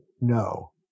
No